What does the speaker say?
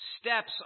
steps